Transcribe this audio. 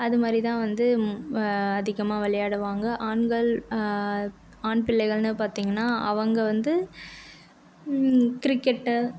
அது மாதிரி தான் வந்து அதிகமாக விளையாடுவாங்க ஆண்கள் ஆண் பிள்ளைகள்னு பார்த்தீங்கன்னா அவங்க வந்து கிரிக்கெட்டு